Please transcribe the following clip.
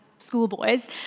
schoolboys